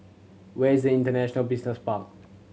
where is International Business Park